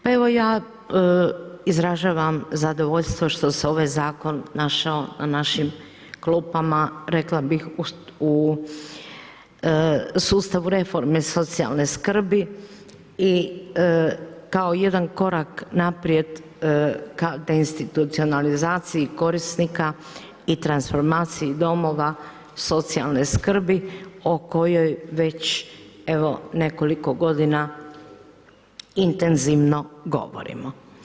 Pa evo ja izražavam zadovoljstvo što se ovaj zakon našao na našim klupama, rekla bih u sustavu reforme socijalne skrbi i kao jedan korak naprijed ka deinstitucionalizaciji korisnika i transformaciji domova socijalne skrbi o kojoj već evo nekoliko godina intenzivno govorim.